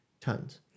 tons